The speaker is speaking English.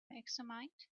examined